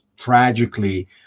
tragically